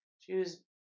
choose